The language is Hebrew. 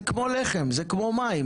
וזה כמו לחם, כמו מים.